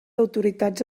autoritats